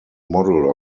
model